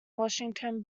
washington